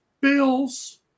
Bills